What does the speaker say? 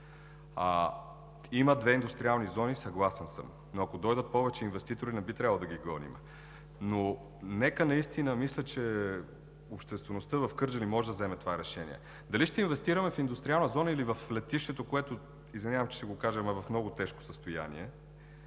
Има две индустриални зони, съгласен съм. Но ако дойдат повече инвеститори, не би трябвало да ги гоним. Но мисля, че обществеността в Кърджали може да вземе това решение. Дали ще инвестираме в индустриална зона или в летището, което извинявам се, че ще го кажа, но е в много тежко състояние,